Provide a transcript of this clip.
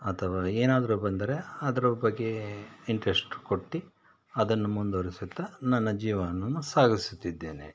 ಅಥವಾ ಏನಾದ್ರೂ ಬಂದರೆ ಅದರ ಬಗ್ಗೆ ಇಂಟ್ರೆಸ್ಟ್ ಕೊಟ್ಟು ಅದನ್ನು ಮುಂದುವರೆಸುತ್ತಾ ನನ್ನ ಜೀವನವನ್ನು ಸಾಗಿಸುತ್ತಿದ್ದೇನೆ